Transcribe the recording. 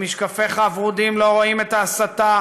במשקפיך הוורודים לא רואים את ההסתה